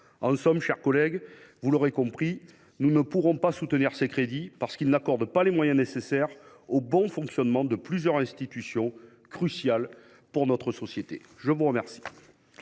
En somme, mes chers collègues, vous l’aurez compris, nous ne pourrons pas soutenir ces crédits, parce qu’ils n’accordent pas les moyens nécessaires au bon fonctionnement de plusieurs institutions cruciales dans notre société. La parole